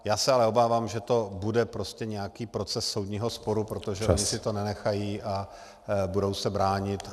Já se ale obávám, že to bude nějaký proces soudního sporu , protože oni si to nenechají a budou se bránit.